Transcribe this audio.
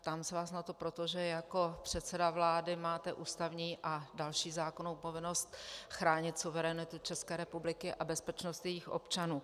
Ptám se vás na to proto, že jako předseda vlády máte ústavní a další zákonnou povinnost chránit suverenitu České republiky a bezpečnost jejích občanů.